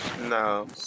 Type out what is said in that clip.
No